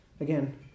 again